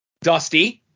Dusty